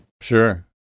Sure